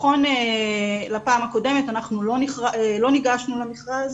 נכון לפעם הקודמת לא ניגשנו למכרז